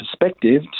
perspective